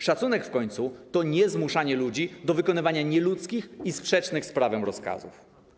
Szacunek w końcu to niezmuszanie ludzi do wykonywania nieludzkich i sprzecznych z prawem rozkazów.